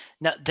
Now